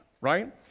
right